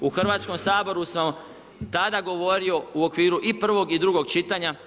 U Hrvatskom saboru sam tada govorio u okviru i prvog i drugo čitanja.